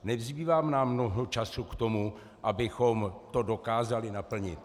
Nezbývá nám mnoho času k tomu, abychom to dokázali naplnit.